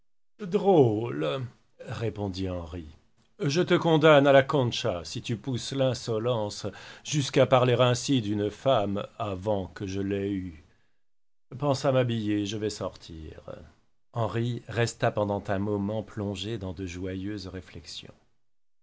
drôle répondit henri je te condamne à la concha si tu pousses l'insolence jusqu'à parler ainsi d'une femme avant que je ne l'aie eue pense à m'habiller je vais sortir henri resta pendant un moment plongé dans de joyeuses réflexions